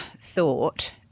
thought